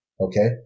Okay